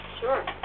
Sure